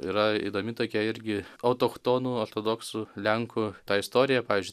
yra įdomi tokia irgi otochtonų ortodoksų lenkų ta istorija pavyzdžiui